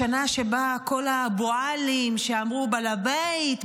בשנה שבה כל ה"אבו-עלים" שאמרו: בעל הבית,